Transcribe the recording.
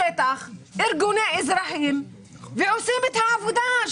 אז ארגוני האזרחים עושים את העבודה".